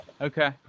Okay